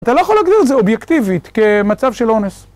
אתה לא יכול להגדיר את זה אובייקטיבית כמצב של אונס.